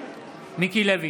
מיקי לוי,